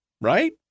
Right